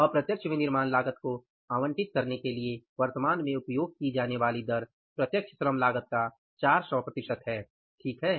अप्रत्यक्ष विनिर्माण लागत को आवंटित करने के लिए वर्तमान में उपयोग की जाने वाली दर प्रत्यक्ष श्रम लागत का 400 प्रतिशत है ठीक है